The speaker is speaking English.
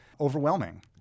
overwhelming